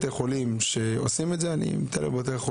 אני רק יודע שבתי חולים מסוימים העלו את זה כבר ל-30 שקלים.